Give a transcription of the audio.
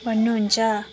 भन्नुहुन्छ